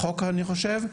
החוק אני חושב.